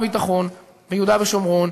שר הביטחון, ביהודה ושומרון,